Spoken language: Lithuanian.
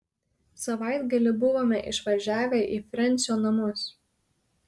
savaitgalį buvome išvažiavę į frensio namus